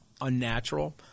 unnatural